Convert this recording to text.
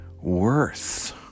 worth